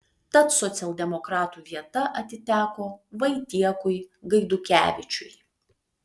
tad socialdemokratų vieta atiteko vaitiekui gaidukevičiui